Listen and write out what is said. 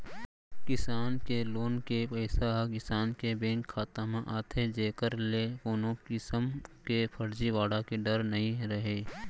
किसान के लोन के पइसा ह किसान के बेंक खाता म आथे जेकर ले कोनो किसम के फरजीवाड़ा के डर नइ रहय